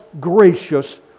gracious